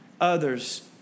others